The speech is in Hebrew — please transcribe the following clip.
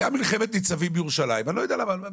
הייתה מלחמת ניצבים בירושלים ואני לא יודע למה,